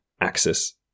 axis